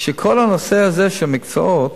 שכל הנושא הזה של מקצועות,